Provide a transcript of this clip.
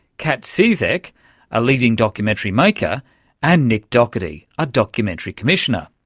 kat cizek, a leading documentary maker and nick doherty, a documentary commissioner.